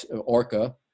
orca